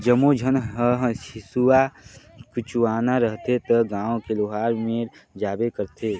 जम्मो झन ह हेसुआ कुचवाना रहथे त गांव के लोहार मेर जाबे करथे